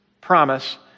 promise